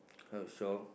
how to show